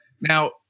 Now